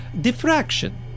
diffraction